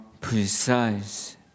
precise